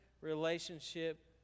relationship